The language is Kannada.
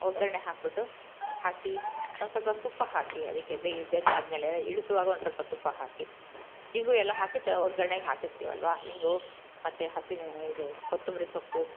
ಒಗ್ಗರಣೆ ಹಾಕಿಬಿಟ್ಟು ಹಾಕಿ ಒಂದು ಸ್ವಲ್ಪ ತುಪ್ಪ ಹಾಕಿ ಅದಕ್ಕೆ ಬೇಯಿ ಬೆಂದು ಆದ್ಮೇಲೆ ಇಳಿಸುವಾಗ ಒಂದು ಸ್ವಲ್ಪ ತುಪ್ಪ ಹಾಕಿ ಇಂಗುಯೆಲ್ಲ ಹಾಕಿ ಒಗ್ಗರ್ಣೆಗೆ ಹಾಕಿರ್ತೀವಲ್ವ ಇಂಗು ಮತ್ತು ಹಸಿ ಇದು ಕೊತ್ತಂಬರಿ ಸೊಪ್ಪು